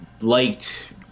liked